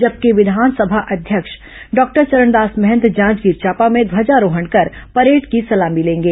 जबकि विधानसभा अध्यक्ष डॉक्टर चरणदास महंत जांजगीर चांपा में ध्वजारोहण कर परेड की सलामी लेंगे